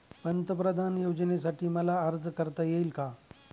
पंतप्रधान योजनेसाठी मला अर्ज करता येईल का?